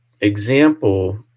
example